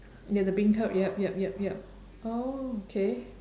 ya the beancurd yup yup yup yup oh K